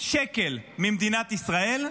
שקל ממדינת ישראל,